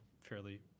fairly